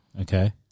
Okay